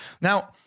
Now